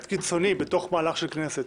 אקט קיצוני בתוך מהלך של כנסת,